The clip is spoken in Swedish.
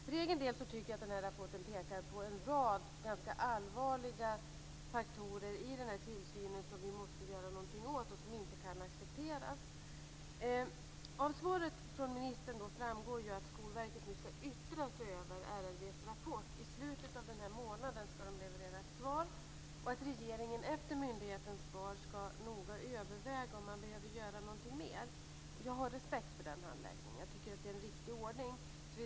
För egen del tycker jag att rapporten pekar på en rad ganska allvarliga faktorer i tillsynen som vi måste göra någonting åt och som inte kan accepteras. Av svaret från ministern framgår att Skolverket ska yttra sig över RRV:s rapport. I slutet av denna månad ska verket leverera ett svar. Regeringen ska efter myndighetens svar noga överväga om det behöver göras någonting mer. Jag har respekt för den handläggningen. Det är en riktig ordning.